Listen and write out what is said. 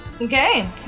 Okay